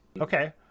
Okay